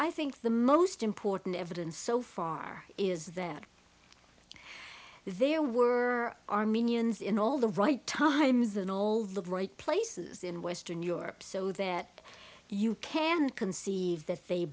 i think the most important evidence so far is that there were armenians in all the right times in all the right places in western europe so that you can conceive th